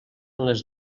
les